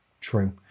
True